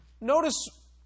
Notice